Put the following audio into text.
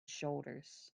shoulders